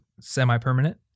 semi-permanent